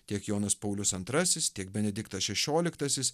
tiek jonas paulius antrasis tiek benediktas šešioliktasis